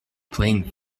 playing